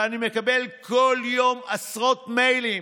ואני מקבל כל יום עשרות מיילים: